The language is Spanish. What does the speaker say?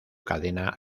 cadena